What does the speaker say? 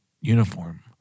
uniform